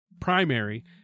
primary